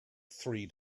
three